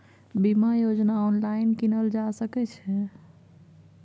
बीमा योजना ऑनलाइन कीनल जा सकै छै?